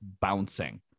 bouncing